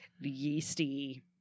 yeasty